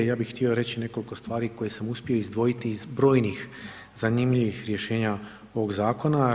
Ja bi htio reći nekoliko stvari koje sam uspio izdvojiti iz brojnih zanimljivih rješenja ovog zakona.